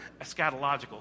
eschatological